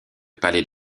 palais